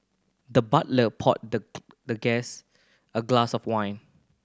the butler poured the the guest a glass of win